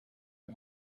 her